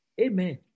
Amen